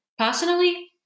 Personally